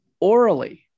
orally